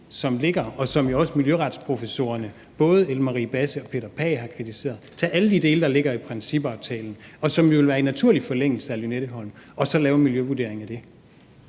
som ligger, og som jo også miljøretsprofessorerne, både Ellen Margrethe Basse og Peter Pagh, har kritiseret – altså tage alle de dele, der ligger i principaftalen – og som jo vil være i naturlig forlængelse af Lynetteholmen, og så lave en miljøvurdering af det?